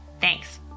Thanks